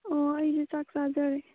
ꯑꯣ ꯑꯩꯁꯨ ꯆꯥꯛ ꯆꯥꯖꯔꯦ